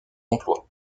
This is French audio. emplois